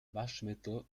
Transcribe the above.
waschmittel